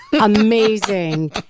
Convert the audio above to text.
Amazing